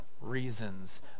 Reasons